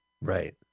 Right